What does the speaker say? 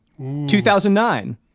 2009